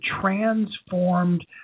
transformed